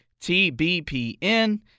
TBPN